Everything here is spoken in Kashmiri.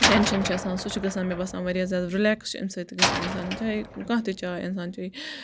ٹیٚنشَن چھُ آسان سُہ چھُ گَژھان مےٚ باسان واریاہ زیادٕ رِلیٚکس امہ سۭتۍ گَژھان اِنسان چاہے کانٛہہ تہٕ چاے اِنسان چیٚیہِ